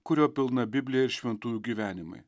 kurio pilna biblija šventųjų gyvenimai